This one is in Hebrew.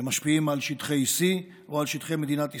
שמשפיעים על שטחי C או על שטחי מדינת ישראל.